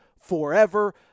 forever